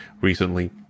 recently